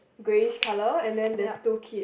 greyish colour and then there's two kids